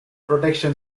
protection